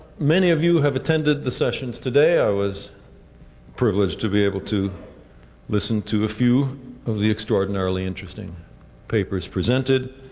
many of you have attended the sessions today. i was privileged to be able to listen to a few of the extraordinarily interesting papers presented.